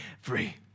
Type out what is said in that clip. free